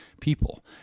people